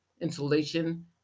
insulation